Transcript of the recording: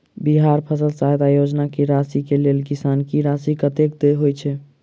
बिहार फसल सहायता योजना की राशि केँ लेल किसान की राशि कतेक होए छै?